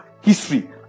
history